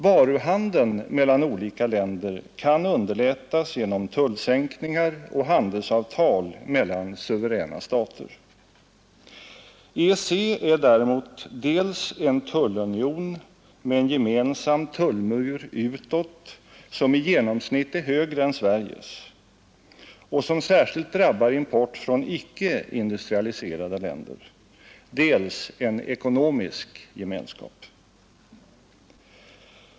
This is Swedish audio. Varuhandeln mellan olika länder kan underlättas genom tullsänkningar och handelsavtal mellan suveräna stater. EEC är däremot dels en tullunion med en gemensam tullmur utåt — som i genomsnitt är högre än Sveriges och som särskilt drabbar import från icke industrialiserade länder — dels en ekonomisk gemenskap.